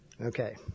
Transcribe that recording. Okay